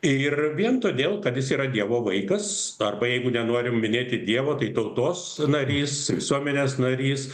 ir vien todėl kad jis yra dievo vaikas arba jeigu nenorim minėti dievo tai tautos narys visuomenės narys